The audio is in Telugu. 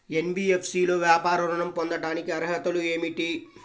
ఎన్.బీ.ఎఫ్.సి లో వ్యాపార ఋణం పొందటానికి అర్హతలు ఏమిటీ?